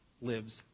lives